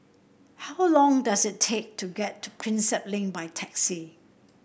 how long does it take to get to Prinsep Link by taxi